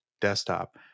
desktop